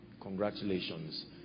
congratulations